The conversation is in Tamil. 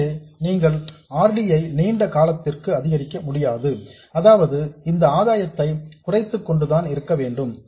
எனவே நீங்கள் R D ஐ நீண்ட காலத்திற்கு அதிகரிக்க முடியாது அதாவது இந்த ஆதாயத்தை குறைத்துக்கொண்டுதான் இருக்க வேண்டும்